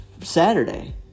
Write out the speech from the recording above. saturday